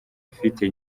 afite